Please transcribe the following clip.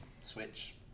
Switch